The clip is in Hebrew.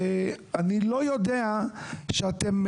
ואני לא יודע שאתם,